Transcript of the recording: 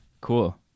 Cool